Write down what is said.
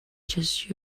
just